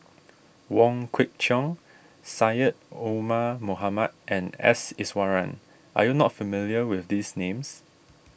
Wong Kwei Cheong Syed Omar Mohamed and S Iswaran are you not familiar with these names